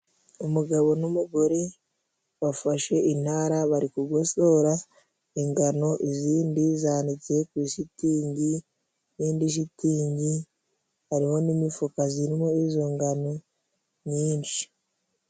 Umugabo n'umugore bafashe intara bari kugosora ingano izindi zanditse ku ishitingi n' indi shitingi harimo n'imifuka zirimo izo ngano nyinshi.